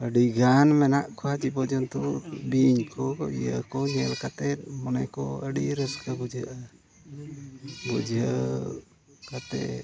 ᱟᱹᱰᱤ ᱜᱟᱱ ᱢᱮᱱᱟᱜ ᱠᱚᱣᱟ ᱡᱤᱵᱽᱼᱡᱚᱱᱛᱩ ᱵᱤᱧ ᱠᱚ ᱤᱭᱟᱹ ᱠᱚ ᱧᱮᱞ ᱠᱟᱛᱮᱫ ᱢᱚᱱᱮ ᱠᱚ ᱟᱹᱰᱤ ᱨᱟᱹᱥᱠᱟᱹ ᱵᱩᱡᱷᱟᱹᱜᱼᱟ ᱵᱩᱡᱷᱟᱹᱣ ᱠᱟᱛᱮᱫ